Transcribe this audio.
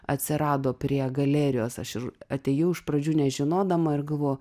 atsirado prie galerijos aš ir atėjau iš pradžių nežinodama ir galvojau